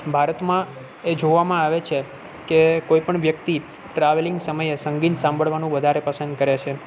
ભારતમાં એ જોવામાં આવે છે કે કોઈ પણ વ્યક્તિ ટ્રાવેલિંગ સમયે સંગીત સાંભળવાનું વધારે પસંદ કરે છે